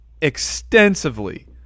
extensively